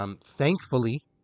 Thankfully